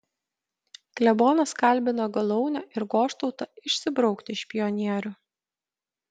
klebonas kalbina galaunę ir goštautą išsibraukti iš pionierių